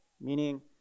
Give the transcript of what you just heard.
meaning